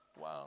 Wow